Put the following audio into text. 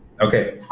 okay